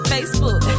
Facebook